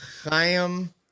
Chaim